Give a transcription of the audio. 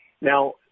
Now